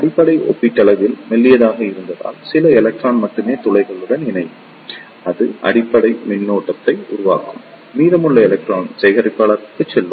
அடிப்படை ஒப்பீட்டளவில் மெல்லியதாக இருப்பதால் சில எலக்ட்ரான் மட்டுமே துளைகளுடன் இணைக்கும் அது அடிப்படை மின்னோட்டத்தை உருவாக்கும் மீதமுள்ள எலக்ட்ரான் சேகரிப்பாளருக்கு செல்லும்